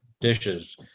dishes